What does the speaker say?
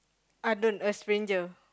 I don't a stranger